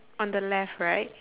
on the left right